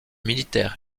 militaire